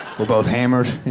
we're both hammered, you